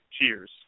Cheers